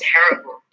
Terrible